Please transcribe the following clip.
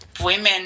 women